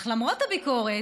אך למרות הביקורת,